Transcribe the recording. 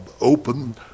open